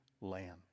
lamb